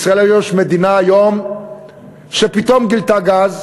ישראל היא היום מדינה שפתאום גילתה גז,